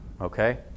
Okay